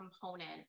component